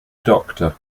doctor